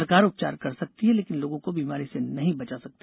सरकार उपचार कर सकती है लेकिन लोगों को बीमारी से नहीं बचा सकती